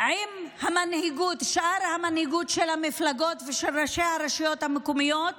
עם שאר המנהיגות של המפלגות ושל ראשי הרשויות המקומיות